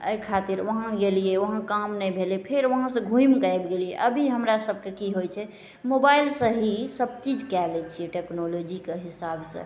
एहि खातिर ओहाँ गेलिए ओहाँ काम नहि भेलै फेर ओहाँसे घुमिके अएलिए अभी हमरासभकेँ कि होइ छै मोबाइलसे ही सबचीज कै लै छिए टेक्नोलॉजीके हिसाबसे